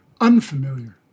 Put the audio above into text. unfamiliar